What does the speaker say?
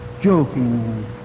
joking